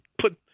put